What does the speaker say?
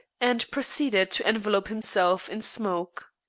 and proceeded to envelope himself in smoke.